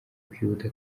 kwihuta